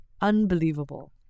unbelievable